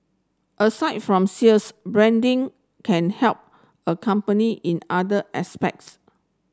aside from sales branding can help a company in other aspects